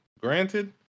Granted